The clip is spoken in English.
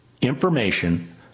information